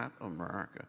America